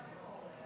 ברור.